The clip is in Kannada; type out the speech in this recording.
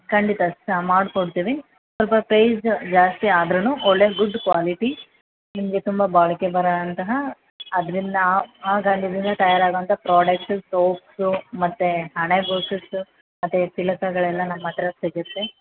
ಖಂಡಿತ ನಾವು ಮಾಡ್ಕೊಡ್ತೀವಿ ಸ್ವಲ್ಪ ಪ್ರೈಸ್ ಜಾಸ್ತಿ ಅದ್ರೂ ಒಳ್ಳೇ ಗುಡ್ ಕ್ವಾಲಿಟಿ ನಿಮಗೆ ತುಂಬ ಬಾಳಿಕೆ ಬರುವಂತಹ ಅದರಿಂದ ಆ ಆ ಗಂಧದಿಂದ ತಯಾರಾಗುವಂಥ ಪ್ರಾಡಕ್ಟ್ ಸೋಪ್ಸು ಮತ್ತು ಹಣೆ ಬೊಟ್ಟು ಸು ಮತ್ತು ತಿಲಕಗಳೆಲ್ಲ ನಮ್ಮ ಹತ್ರ ಸಿಗುತ್ತೆ